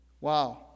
Wow